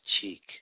cheek